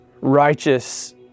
righteous